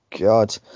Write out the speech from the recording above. God